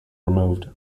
removed